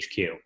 HQ